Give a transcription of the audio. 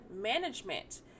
management